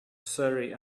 surrey